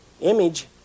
image